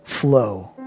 flow